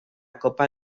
copa